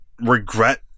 Regret